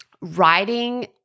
writing